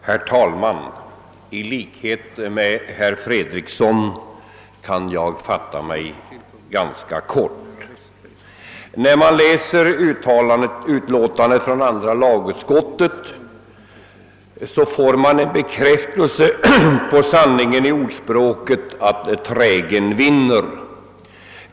Herr talman! I likhet med herr Fredriksson kan jag fatta mig ganska kort. När man läser andra lagutskottets utlåtande får man en bekräftelse på sanningen i talesättet »Trägen vinner».